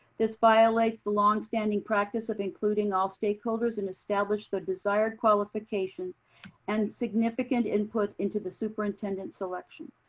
this violates longstanding practice of including all stakeholders and establish the desired qualifications and significant input into the superintendent selection.